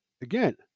again